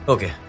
Okay